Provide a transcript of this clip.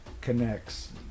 connects